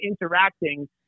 interacting